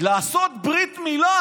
לעשות ברית מילה,